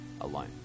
alone